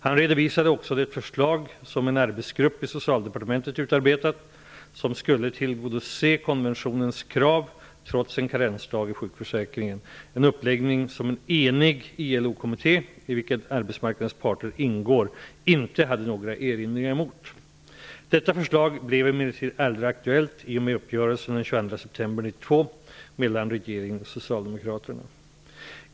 Han redovisade också det förslag som en arbetsgrupp i Socialdepartementet utarbetat som skulle tillgodose konventionens krav trots en karensdag i sjukförsäkringen -- en uppläggning som en enig ILO-kommitté, i vilken arbetsmarknadens parter ingår, inte hade några erinringar emot. Detta förslag blev emellertid aldrig aktuellt i och med uppgörelsen den 22 september 1992 mellan regeringen och Socialdemokraterna.